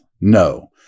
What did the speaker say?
no